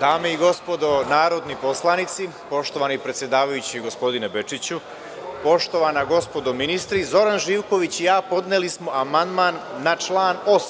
Dame i gospodo narodni poslanici, poštovani predsedavajući gospodine Bečiću, poštovana gospodo ministri, Zoran Živković i ja podneli smo amandman na član 8.